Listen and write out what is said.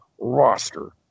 roster